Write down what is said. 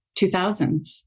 2000s